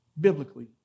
biblically